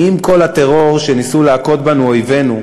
עם כל הטרור שניסו להכות בנו אויבינו,